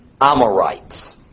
Amorites